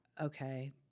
Okay